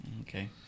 Okay